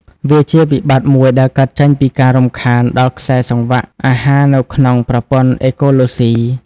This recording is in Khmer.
វាជាវិបត្តិមួយដែលកើតចេញពីការរំខានដល់ខ្សែសង្វាក់អាហារនៅក្នុងប្រព័ន្ធអេកូឡូស៊ី។